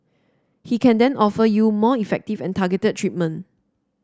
he can then offer you more effective and targeted treatment